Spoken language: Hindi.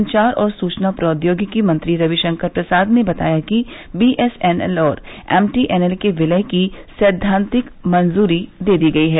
संचार और सुचना प्रौदोगिकी मंत्री रविशंकर प्रसाद ने बताया कि बीएसएनएल और एमटीएनएल के विलय की सैद्वांतिक मंजूरी दे दी गई है